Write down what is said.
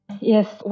Yes